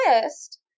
twist